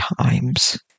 times